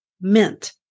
mint